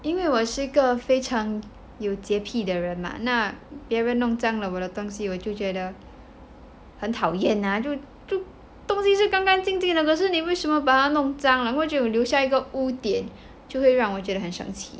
因为我是一个非常有洁癖的人 mah 那别人弄脏了我的东西我就觉得很讨厌 ah 就东西是干干净净可是你为什么把他弄脏过就有留下一个吴点就会让我觉得很生气